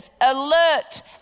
Alert